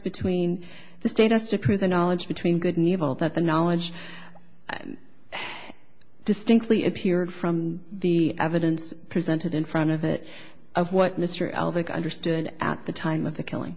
between the status to prison knowledge between good and evil that the knowledge distinctly appeared from the evidence presented in front of that of what mr eldrick understood at the time of the killing